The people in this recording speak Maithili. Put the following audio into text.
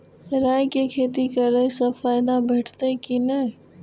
राय के खेती करे स फायदा भेटत की नै?